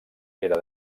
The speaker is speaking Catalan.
era